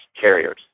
carriers